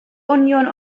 union